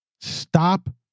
stop